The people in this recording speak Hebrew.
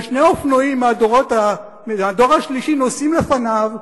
ושני אופנועים מהדור השלישי נוסעים לפניו,